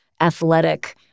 athletic